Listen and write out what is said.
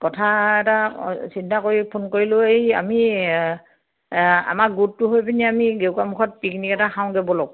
কথা এটা চিন্তা কৰি ফোন কৰিলোঁ এই আমি আমাৰ গ্ৰুপটো গৈ পিনি আমি গেৰুকামুখত পিকনিক এটা খাওঁ গে বলক